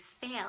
fail